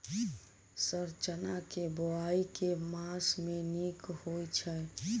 Sir चना केँ बोवाई केँ मास मे नीक होइ छैय?